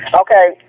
Okay